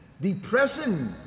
depressing